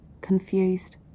confused